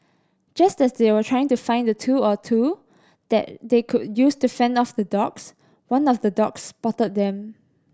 just as they were trying to find a tool or two that they could use to fend off the dogs one of the dogs spotted them